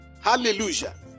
hallelujah